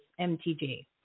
MTG